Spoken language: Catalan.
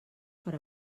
per